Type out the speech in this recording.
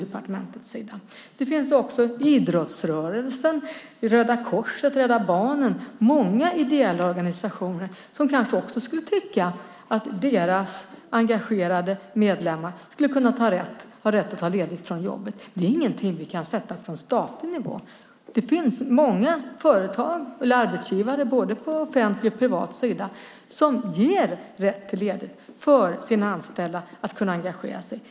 Det finns också idrottsrörelsen, Röda Korset, Rädda Barnen och många ideella organisationer som kanske skulle tycka att deras engagerade medlemmar skulle kunna ha rätt att ta ledigt från jobbet. Det är ingenting som vi kan sätta från statlig nivå. Det finns många arbetsgivare både på offentlig och privat sida som ger rätt till ledighet för sina anställda så att de kan engagera sig.